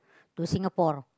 to Singapore